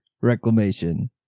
reclamation